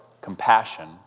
compassion